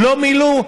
לא מילאו,